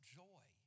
joy